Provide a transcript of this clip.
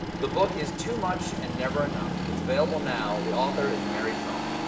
the book is too much and never enough. it's available now, the author is mary trump.